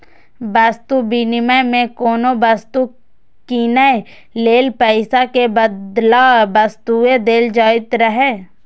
वस्तु विनिमय मे कोनो वस्तु कीनै लेल पैसा के बदला वस्तुए देल जाइत रहै